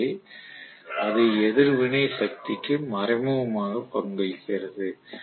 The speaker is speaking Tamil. எனவே அது எதிர்வினை சக்திக்கு மறைமுகமாக பங்களிக்கிறது